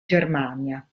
germania